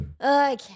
Okay